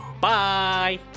Bye